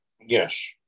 Yes